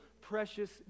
precious